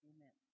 Amen